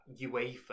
UEFA